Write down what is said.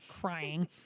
crying